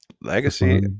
Legacy